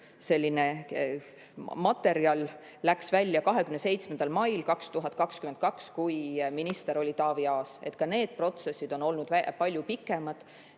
Ametlik materjal läks välja 27. mail 2022, kui minister oli Taavi Aas. Aga ka need protsessid on olnud palju pikemad.